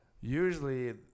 usually